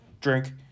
Drink